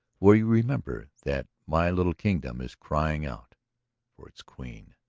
will you remember that my little kingdom is crying out for its queen.